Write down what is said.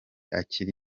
akiri